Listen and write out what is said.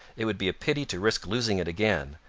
it would be a pity to risk losing it again,